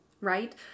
right